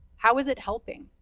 how is it helping?